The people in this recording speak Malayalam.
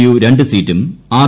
യു രണ്ട് സീറ്റും ആർ